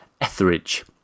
Etheridge